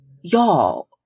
y'all